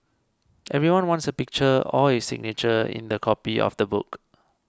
everyone wants a picture or his signature in their copy of the book